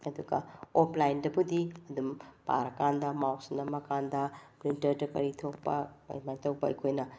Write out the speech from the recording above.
ꯑꯗꯨꯒ ꯑꯣꯞꯂꯥꯏꯟꯗꯕꯨꯗꯤ ꯑꯗꯨꯝ ꯄꯥꯔꯀꯥꯟꯗ ꯃꯥꯎꯁ ꯅꯝꯃꯀꯥꯟꯗ ꯄ꯭ꯔꯤꯟꯇ꯭ꯔꯗ ꯀꯔꯤ ꯊꯣꯛꯄ ꯀꯃꯥꯏ ꯀꯃꯥꯏ ꯇꯧꯕ ꯑꯩꯈꯣꯏꯅ